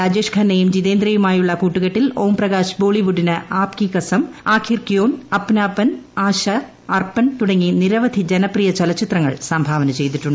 രാജേഷ്ഖന്നയുംജിതേന്ദ്രയുമായുളളകൂട്ടുകെട്ടിൽഓംപ്രകാശ്ബോളിവുഡ ിന് ആപ് കി കസം ആഖിർ ക്യോൻ അപ്നാപൻ ആശ അർപ്പൻ തുടങ്ങി നിരവധി ജനപ്രിയചലച്ചിത്രങ്ങൾ സംഭാവന ചെയ്തിട്ടുണ്ട്